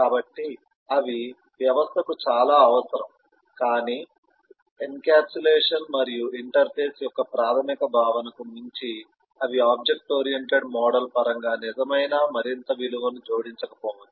కాబట్టి అవి వ్యవస్థకు చాలా అవసరం కాని ఎన్కప్సులేషన్ మరియు ఇంటర్ఫేస్ యొక్క ప్రాథమిక భావనకు మించి అవి ఆబ్జెక్ట్ ఓరియెంటెడ్ మోడల్ పరంగా నిజమైన మరింత విలువను జోడించకపోవచ్చు